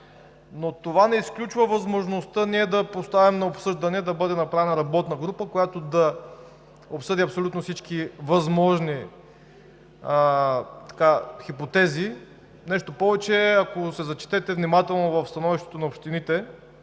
Това не изключва възможността ние да поставим на обсъждане да бъде сформирана работна група, която да обсъди всички възможни хипотези. Нещо повече, ако се зачетете внимателно в становището на Сдружението